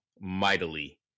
mightily